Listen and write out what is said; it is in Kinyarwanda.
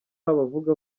abavuga